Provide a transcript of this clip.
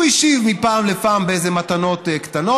הוא השיב מפעם לפעם במתנות קטנות,